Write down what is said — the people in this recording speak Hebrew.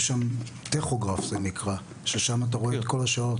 יש שם טכוגרף זה נקרא, ששם אתה רואה את כל השעות.